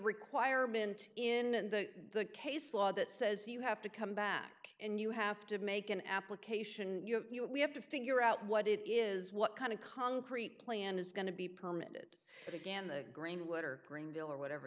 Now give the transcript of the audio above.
requirement in the case law that says you have to come back and you have to make an application we have to figure out what it is what kind of concrete plan is going to be permitted and again the green wood or green bill or whatever